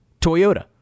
Toyota